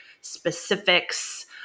specifics